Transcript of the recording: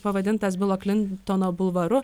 pavadintas bilo klintono bulvaru